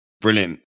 brilliant